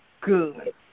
good